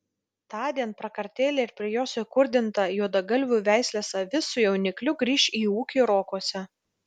tądien prakartėlė ir prie jos įkurdinta juodagalvių veislės avis su jaunikliu grįš į ūkį rokuose